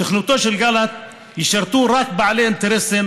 תוכניותיו של גלנט ישרתו רק בעלי אינטרסים